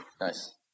Nice